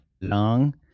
long